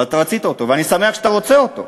אבל אתה רצית אותו, ואני שמח שאתה רוצה אותו,